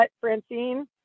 Francine